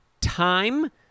time